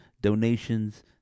donations